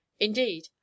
Indeed